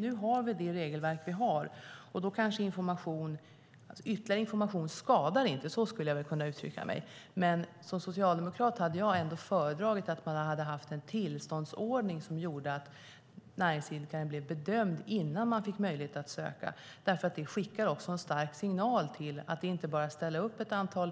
Nu har vi det regelverk vi har, och då skadar inte ytterligare information. Så skulle jag kunna uttrycka mig. Men som socialdemokrat hade jag ändå föredragit en tillståndsordning som gör att näringsidkarna blir bedömda innan de får möjlighet att sälja. Det skickar också en stark signal om att det inte bara är att ställa upp ett antal